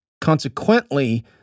Consequently